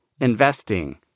investing